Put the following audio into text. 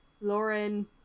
Lauren